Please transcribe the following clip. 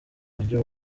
buryo